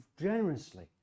generously